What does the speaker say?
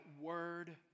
word